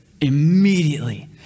immediately